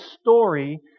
story